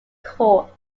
court